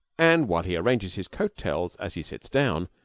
and, while he arranges his coat-tails as he sits down,